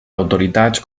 autoritats